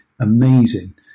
amazing